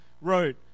wrote